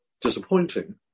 disappointing